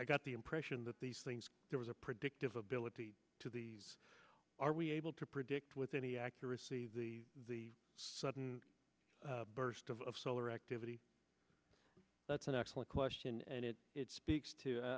i got the impression that these things there was a predictive ability to these are we able to predict with any accuracy the the sudden burst of solar activity that's an excellent question and it it speaks to